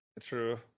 true